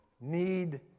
need